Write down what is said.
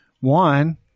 One